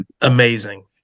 amazing